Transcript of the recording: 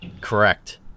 Correct